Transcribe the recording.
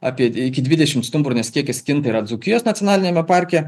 apie iki dvidešim stumbrų nes kiekis kinta yra dzūkijos nacionaliniame parke